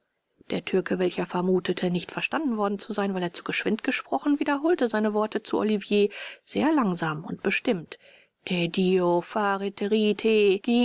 der türke welcher vermutete nicht verstanden worden zu sein weil er zu geschwind gesprochen wiederholte seine worte zu olivier sehr langsam und bestimmt